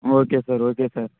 okay sir okay sir